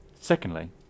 Secondly